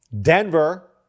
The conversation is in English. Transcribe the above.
Denver